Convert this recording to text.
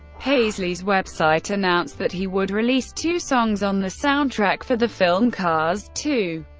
paisley's website announced that he would release two songs on the soundtrack for the film cars two.